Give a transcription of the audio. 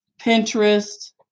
Pinterest